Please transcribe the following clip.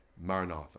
maranatha